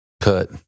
Cut